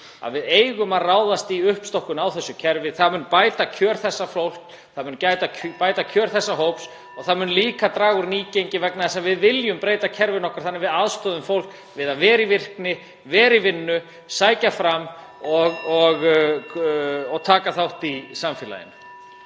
að við eigum að ráðast í uppstokkun á kerfinu. Það mun bæta kjör þessa fólks. Það mun bæta kjör þessa hóps og það mun líka draga úr nýgengi. Við viljum breyta kerfinu okkar þannig að við aðstoðum fólk við að vera í virkni, vera í vinnu, sækja fram og taka þátt í samfélaginu.